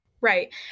Right